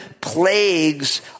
plagues